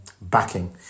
backing